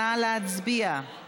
נא להצביע.